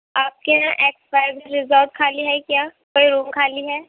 آپ کے یہاں ایکس فائیو ریزاٹ خالی ہے کیا کوئی روم خالی ہے